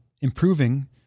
improving